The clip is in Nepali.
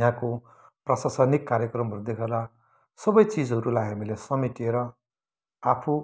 यहाँको प्रशासनिक कार्यक्रमहरू देखेर सबै चिजहरूलाई हामीले समेटेर आफू